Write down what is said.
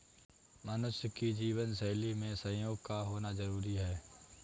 मनुष्य की जीवन शैली में सहयोग का होना जरुरी है